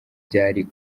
byari